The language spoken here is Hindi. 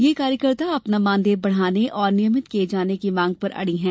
ये कार्यकर्ता अपना मानदेय बढ़ाने और नियमित किए जाने की मांग पर अड़ी हैं